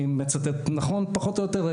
אני מצטט נכון פחות או יותר,